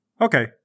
Okay